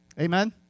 Amen